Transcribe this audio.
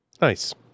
Nice